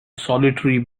solitary